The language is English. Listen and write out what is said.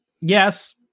yes